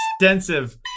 extensive